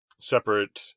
separate